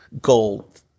gold